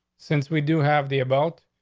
since we do have the about,